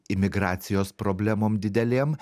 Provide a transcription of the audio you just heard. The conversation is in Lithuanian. imigracijos problemom didelėm